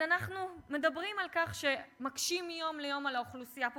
אז אנחנו מדברים על כך שמקשים מיום ליום על האוכלוסייה פה,